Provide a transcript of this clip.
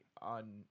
On